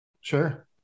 Sure